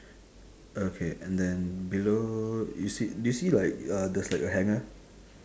okay and then below you see do you see like uh there's like a hanger